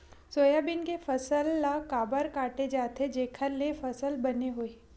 Soybean के फसल ल काबर काटे जाथे जेखर ले फसल बने होही?